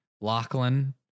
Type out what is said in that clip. Lachlan